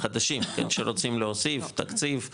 חדשים שרוצים להוסיף תקציב --- לא.